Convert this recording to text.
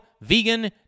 vegan